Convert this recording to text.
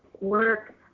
work